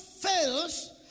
fails